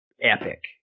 epic